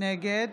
נגד